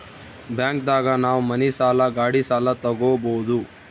bank ದಾಗ ನಾವ್ ಮನಿ ಸಾಲ ಗಾಡಿ ಸಾಲ ತಗೊಬೋದು